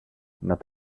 not